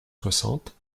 soixante